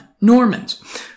Normans